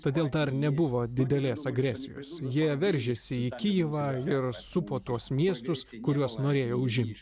todėl dar nebuvo didelės agresijos jie veržėsi į kijevą ir supo tuos miestus kuriuos norėjo užimti